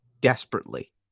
desperately